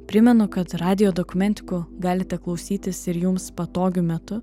primenu kad radijo dokumentikų galite klausytis ir jums patogiu metu